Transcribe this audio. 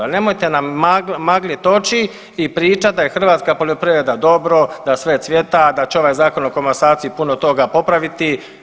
Ali nemojte nam maglit oči i pričat da je hrvatska poljoprivreda dobro, da sve cvjeta, da će ovaj Zakon o komasaciji puno toga popraviti.